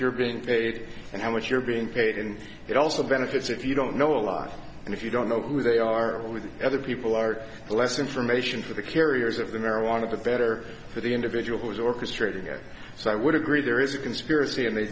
you're doing it and how much you're being paid and it also benefits if you don't know a lot and if you don't know who they are or with other people are less information for the carriers of the marijuana the better for the individual who was orchestrating it so i would agree there is a conspiracy and they